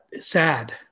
sad